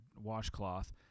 washcloth